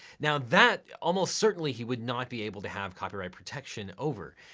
now that almost certainly he would not be able to have copyright protection over.